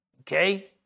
okay